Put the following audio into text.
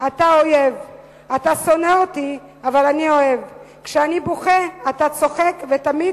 אתה אויב / אתה שונא אותי אבל אני אוהב / כשאני בוכה / אתה צוחק תמיד